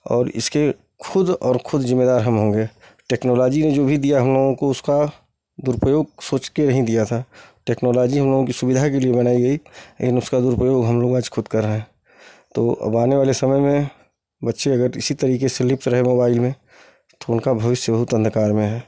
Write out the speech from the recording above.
और इसके खुद और खुद जिम्मेदार हम होंगे टेक्नोलॉजी ने जो भी दिया हम लोगों को उसका दुरुपयोग सोच के नहीं दिया था टेक्नोलॉजी हम लोगों कि सुविधा के लिए बनाई गई लेकिन उसका दुरुपयोग हमलोग आज खुद कर रहे हैं तो अब आने वाले समय में बच्चे अगर इसी तरीके से लिप्त रहे मोबाइल में तो उनका भविष्य बहुत अंधकारमय है